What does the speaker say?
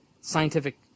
scientific